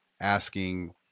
asking